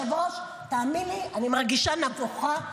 כבוד היושב-ראש, תאמין לי, אני מרגישה נבוכה.